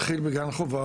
הפוטנציאל מתחיל בגן חובה,